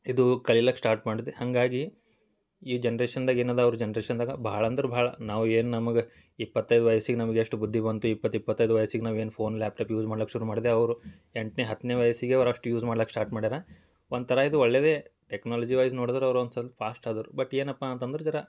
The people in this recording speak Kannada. ಇದು ಕಲಿಲಿಕ್ ಸ್ಟಾರ್ಟ್ ಮಾಡಿದೆ ಹಾಗಾಗಿ ಈ ಜನ್ರೇಷನ್ದಾಗೆ ಏನಿದೆ ಅವ್ರ ಜನ್ರೇಷನ್ದಾಗೆ ಭಾಳ ಅಂದ್ರೆ ಭಾಳ ನಾವು ಏನು ನಮಗ ಇಪ್ಪತ್ತೈದು ವಯಸ್ಸಿಗೆ ನಮ್ಗೆ ಎಷ್ಟು ಬುದ್ಧಿ ಬಂತು ಇಪ್ಪತ್ತು ಇಪ್ಪತ್ತೈದು ವಯಸ್ಸಿಗೆ ನಾವು ಏನು ಫೋನ್ ಲ್ಯಾಪ್ಟಾಪ್ ಯೂಸ್ ಮಾಡ್ಲಿಕ್ ಶುರು ಮಾಡಿದೆ ಅವರು ಎಂಟನೇ ಹತ್ತನೇ ವಯಸ್ಸಿಗೇ ಅವ್ರು ಅಷ್ಟು ಯೂಸ್ ಮಾಡ್ಲಿಕ್ ಸ್ಟಾರ್ಟ್ ಮಾಡ್ಯಾರೆ ಒಂಥರ ಇದು ಒಳ್ಳೆಯದೇ ಟೆಕ್ನಾಲಜಿವೈಸ್ ನೋಡಿದ್ರ್ ಅವ್ರು ಒಂದು ಸ್ವಲ್ಪ ಫಾಸ್ಟ್ ಆದರು ಬಟ್ ಏನಪ್ಪ ಅಂತಂದ್ರೆ ಜರಾ